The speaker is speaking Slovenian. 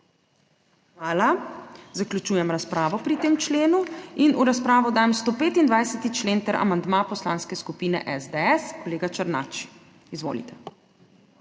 lepa. Zaključujem razpravo pri tem členu. V razpravo dajem 127. člen ter amandma Poslanske skupine SDS. Kolega Černač, izvolite.